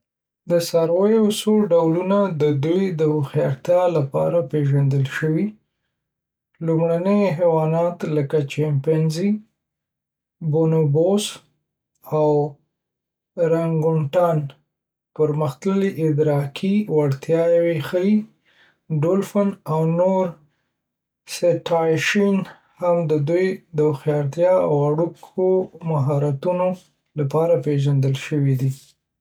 د څارویو څو ډولونه د دوی د هوښیارتیا لپاره پیژندل شوي دي. لومړني حیوانات لکه چمپینزي، بونوبوس او رنګوټان پرمختللي ادراکي وړتیاوې ښیې. ډولفن او نور سیټاشین هم د دوی د هوښیارتیا او اړیکو مهارتونو لپاره پیژندل شوي دي.